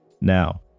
Now